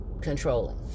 controlling